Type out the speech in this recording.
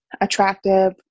attractive